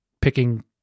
picking